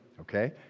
okay